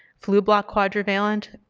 flublok quadrivalent,